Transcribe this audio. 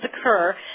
occur